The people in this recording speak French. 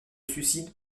suicide